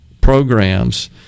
programs